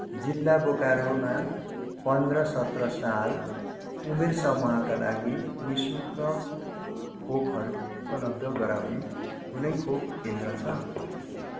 जिल्ला बोकारोमा पन्ध्र सत्र साल उमेर समूहका लागि नि शुल्क खोपहरू उपलब्ध गराउने कुनै खोप केन्द्र छ